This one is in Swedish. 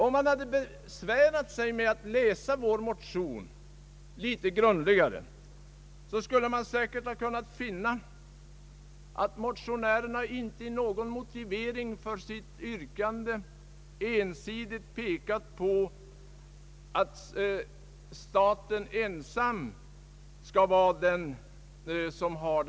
Om man hade besvärat sig med att läsa vår motion litet grundligare, så skulle man ha kunnat finna att motionärerna inte låst sig för en ensidig lösning av frågan om samhällets inflytande över denna viktiga sektor av vårt näringsliv.